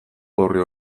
orri